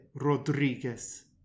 Rodriguez